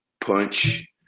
punch